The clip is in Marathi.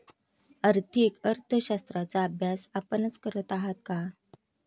आर्थिक अर्थशास्त्राचा अभ्यास आपणच करत आहात का?